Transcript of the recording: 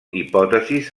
hipòtesis